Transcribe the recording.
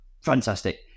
fantastic